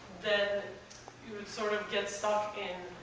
then you would sort of get stuck in